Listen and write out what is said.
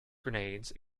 grenades